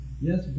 Yes